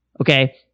okay